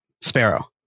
sparrow